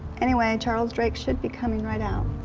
anyway, charles drake should be coming right out.